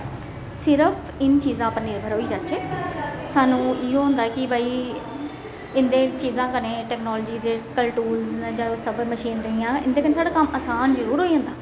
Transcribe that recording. सिर्फ इन चीजें उप्पर निर्भर होई जाचै सानूं इ'यो होंदा कि भाई इं'दे चीजें कन्नै टैक्नोलाजी दे टूल्स न जा ओह् सब मशीनरियां इं'दे कन्ने साढ़े कम्म असान जरूर होई जंदा